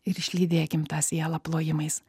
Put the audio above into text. ir išlydėkim tą sielą plojimais